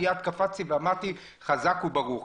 מיד קפצתי ואמרתי חזק וברוך,